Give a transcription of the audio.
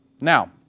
Now